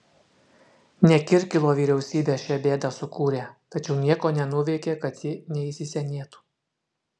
ne kirkilo vyriausybė šią bėdą sukūrė tačiau nieko nenuveikė kad ji neįsisenėtų